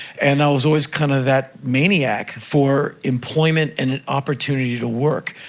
and i was always, kind of, that maniac for employment and an opportunity to work.